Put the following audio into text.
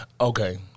Okay